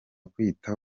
kwita